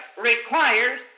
requires